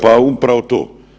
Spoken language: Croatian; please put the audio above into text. Pa upravo to.